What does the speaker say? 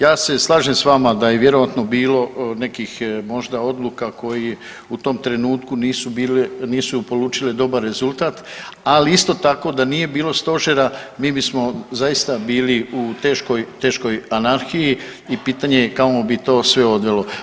Ja se slažem s vama da je vjerojatno bilo nekih možda odluka koje u tom trenutku bile, nisu polučile dobar rezultat, ali isto tako, da nije bilo Stožera, mi bismo zaista bili u teškoj, teškoj anarhiji i pitanje kamo bi to sve odvelo.